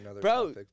Bro